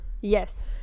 yes